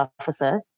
officer